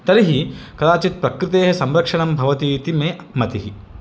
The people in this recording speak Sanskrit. तर्हि कदाचित् प्रकृतेः संरक्षणं भवति इति मे मतिः